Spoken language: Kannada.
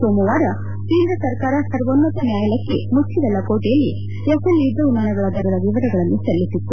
ಸೋಮವಾರ ಕೇಂದ್ರ ಸರ್ಕಾರ ಸರ್ವೋನ್ನತ ನ್ಲಾಯಾಲಯಕ್ಕೆ ಮುಚ್ಲದ ಲಕೋಟೆಯಲ್ಲಿ ರಫೆಲ್ ಯುದ್ದ ವಿಮಾನಗಳ ದರದ ವಿವರಗಳನ್ನು ಸಲ್ಲಿಸಿತ್ತು